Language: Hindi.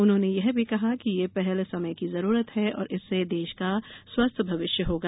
उन्होंने यह भी कहा कि ये पहल समय की जरूरत है और इससे देश का स्वस्थ भविष्य होगा